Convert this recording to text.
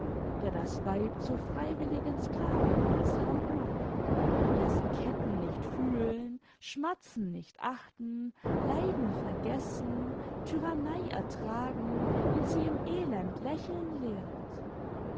der das weib zur freiwilligen sclavin ihres herrn macht der sie ketten nicht fühlen schmerzen nicht achten leiden vergessen tyrannei ertragen und sie im elend lächeln lehrt